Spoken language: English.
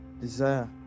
desire